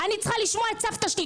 אני צריכה לשמוע את סבתא שלי,